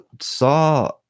Saw